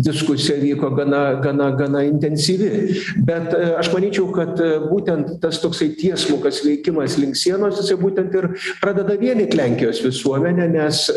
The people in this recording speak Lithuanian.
diskusija vyko gana gana gana intensyvi bet aš manyčiau kad būtent tas toksai tiesmukas veikimas link sienos būtent ir pradeda vienyt lenkijos visuomenę nes